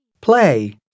Play